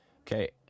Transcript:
okay